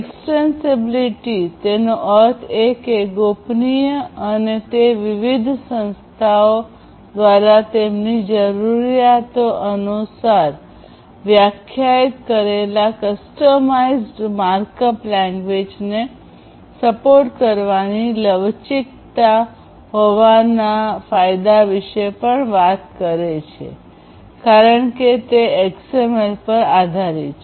extensibility તેનો અર્થ એ કે ગોપનીય અને તે વિવિધ સંસ્થાઓ દ્વારા તેમની જરૂરિયાતો અનુસાર વ્યાખ્યાયિત કરાયેલ કસ્ટમાઇઝ્ડ માર્કઅપ લેંગ્વેજને સપોર્ટ કરવાની લવચીકતા હોવાના ફાયદા વિશે પણ વાત કરે છે કારણ કે તે XML પર આધારિત છે